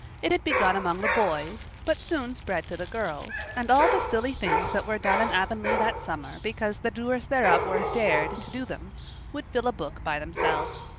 it had begun among the boys, but soon spread to the girls, and all the silly things that were done in avonlea that summer because the doers thereof were dared to do them would fill a book by themselves.